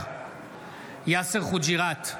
יאסר חוג'יראת,